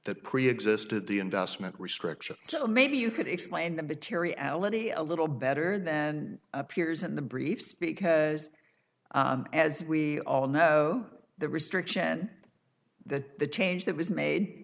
that preexisted the investment restrictions so maybe you could explain the materiality a little better than appears in the briefs because as we all know the restriction that the change that was made